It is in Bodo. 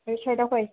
ओरै सायेदाव फै